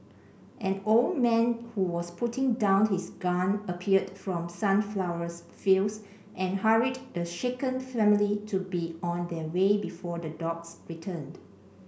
an old man who was putting down his gun appeared from the sunflower fields and hurried the shaken family to be on their way before the dogs returned